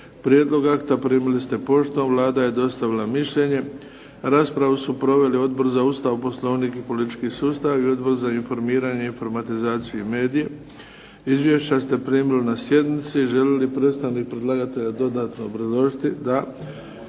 Prijedlog akta primili ste poštom. Vlada je dostavila mišljenje. Raspravu su proveli Odbor za Ustav, Poslovnik i politički sustav i Odbor za informiranje, informatizaciju i medije. Izvješća ste primili na sjednici. Želi li predstavnik predlagatelja dodatno obrazložiti? Da.